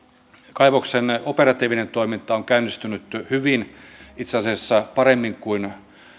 kaivoksen operatiivinen toiminta on käynnistynyt hyvin itse asiassa paremmin kuin